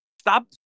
Stop